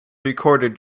recorded